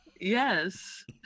yes